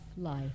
life